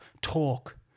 talk